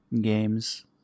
games